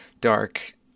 dark